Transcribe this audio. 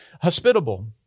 hospitable